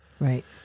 Right